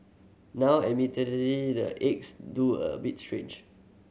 now admittedly the eggs do a bit strange